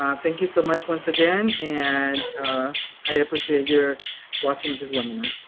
um thank you so much once again, and i appreciate your watching this webinar.